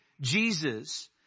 jesus